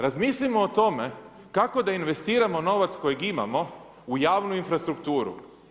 Razmislimo o tome kako da investiramo novac kojeg imamo u javnu infrastrukturu.